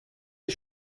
des